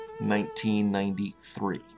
1993